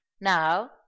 now